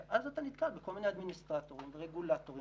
אז אתה נתקל בכל מיני אדמיניסטרטורים ורגולטורים